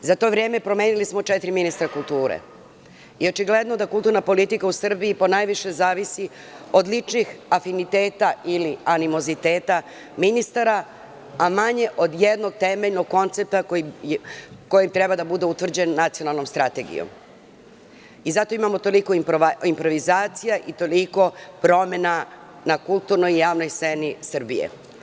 Za to vreme promenili smo četiri ministra kulture i očigledno da kulturna politika u Srbiji po najviše zavisi od ličnih afiniteta ili animoziteta ministara, a manje od jednog temeljnog koncepta koji treba da bude utvrđen Nacionalnog strategijom i zato imamo improvizaciju i toliko promena na kulturnoj javnoj sceni Srbije.